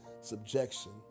subjection